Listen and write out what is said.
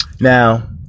now